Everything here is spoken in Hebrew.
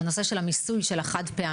בנושא של המיסוי על החד-פעמי,